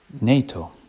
NATO